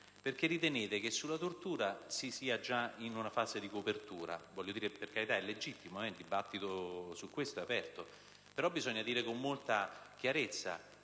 perché ritenete che sulla tortura si sia già in una fase di copertura. Per carità, è legittimo, perché il dibattito su questo punto è aperto, però bisogna dire con molta chiarezza che